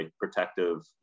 protective